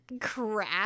crap